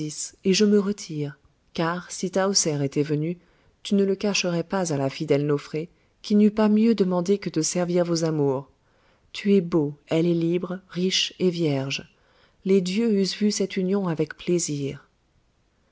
et je me retire car si tahoser était venue tu ne le cacherais pas à la fidèle nofré qui n'eût pas mieux demandé que de servir vos amours tu es beau elle est libre riche et vierge les dieux eussent vu cette union avec plaisir